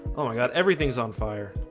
oh my god. everything's on fire.